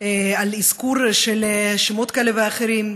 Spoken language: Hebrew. על אזכור של שמות כאלה ואחרים,